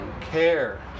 care